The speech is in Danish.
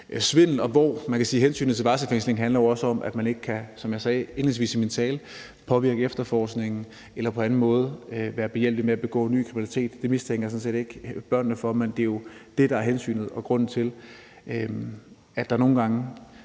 jeg sagde indledningsvis i min tale, ikke kan påvirke efterforskningen eller på anden måde være behjælpelig med at begå ny kriminalitet. Det mistænker jeg sådan set ikke børnene for, men det er jo det, der er hensynet og grunden til, at man har